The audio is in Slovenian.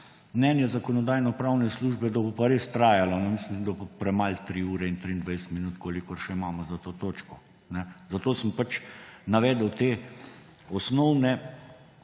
mnenje Zakonodajno-pravne službe, bo pa res trajalo, mislim, da bo premalo 3 ure in 23 minut, kolikor še imamo za to točko. Zato sem pač navedel osnovne